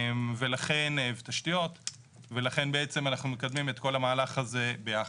ולכן בעצם אנחנו מקדמים את כל המהלך הזה ביחד.